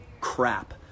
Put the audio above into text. crap